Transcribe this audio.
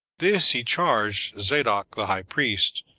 this he charged zadok the high priest,